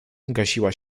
gasiła